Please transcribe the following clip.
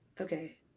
okay